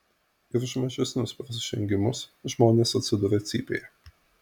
ir už mažesnius prasižengimus žmonės atsiduria cypėje